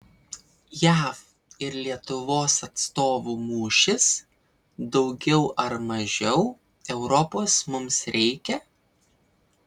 jav ir lietuvos atstovų mūšis daugiau ar mažiau europos mums reikia